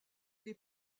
les